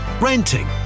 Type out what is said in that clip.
renting